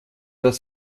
das